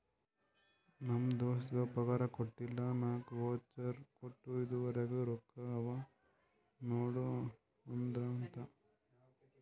ನಮ್ ದೋಸ್ತಗ್ ಪಗಾರ್ ಕೊಟ್ಟಿಲ್ಲ ನಾಕ್ ವೋಚರ್ ಕೊಟ್ಟು ಇದುರಾಗೆ ರೊಕ್ಕಾ ಅವಾ ನೋಡು ಅಂದ್ರಂತ